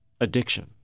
Addiction